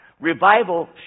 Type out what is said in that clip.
Revival